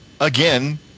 again